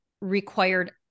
required